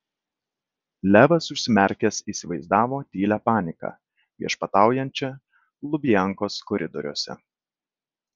levas užsimerkęs įsivaizdavo tylią paniką viešpataujančią lubiankos koridoriuose